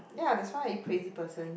ya that's why are you crazy person